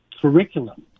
Curriculum